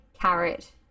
carrot